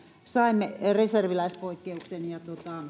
saimme reserviläispoikkeuksen ja